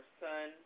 son